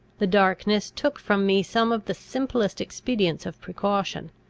the darkness took from me some of the simplest expedients of precaution.